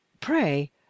Pray